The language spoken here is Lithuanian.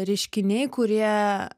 reiškiniai kurie